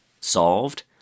solved